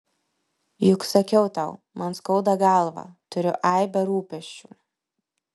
juk sakiau tau man skauda galvą turiu aibę rūpesčių